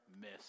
miss